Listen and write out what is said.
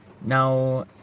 Now